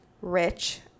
rich